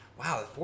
Wow